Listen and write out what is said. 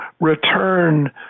return